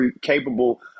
capable